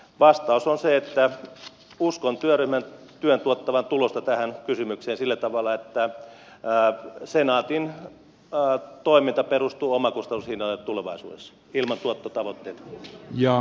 vastaus on se että uskon työryhmän työn tuottavan tulosta tähän kysymykseen sillä tavalla että senaatin toiminta perustuu omakustannushintaan tulevaisuudessa ilman tuottotavoitteita